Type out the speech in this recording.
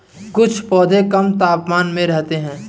कुछ पौधे कम तापमान में रहते हैं